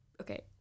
Okay